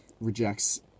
Rejects